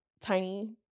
tiny